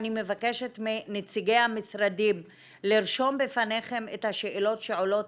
אני מבקשת מנציגי המשרדים לרשום בפניכם את השאלות שעולות